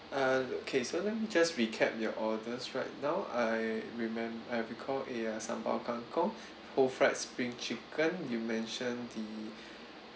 uh okay so let me just recap your orders right now I remember I recall a uh sambal kangkong whole fried spring chicken you mention the